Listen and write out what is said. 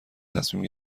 تصمیم